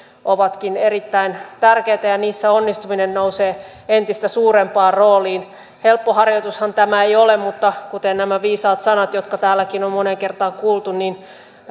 ovatkin erittäin tärkeitä ja niissä onnistuminen nousee entistä suurempaan rooliin helppo harjoitushan tämä ei ole mutta kuten kuuluvat nämä viisaat sanat jotka täälläkin on moneen kertaan kuultu niin